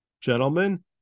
gentlemen